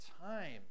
time